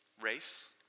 Race